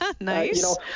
Nice